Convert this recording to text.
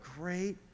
great